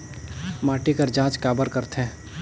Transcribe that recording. माटी कर जांच काबर करथे?